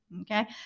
Okay